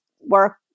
work